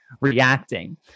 reacting